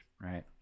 right